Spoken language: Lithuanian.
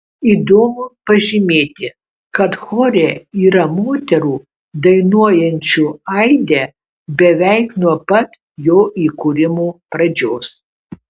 įdomu pažymėti kad chore yra moterų dainuojančių aide beveik nuo pat jo įkūrimo pradžios